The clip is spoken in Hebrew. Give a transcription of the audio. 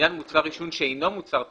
"ולעניין מוצר עישון שאינו מוצר טבק"